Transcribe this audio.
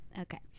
Okay